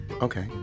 okay